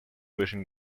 vision